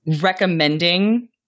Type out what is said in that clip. recommending